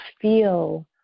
feel